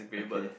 okay